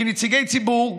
כנציגי ציבור,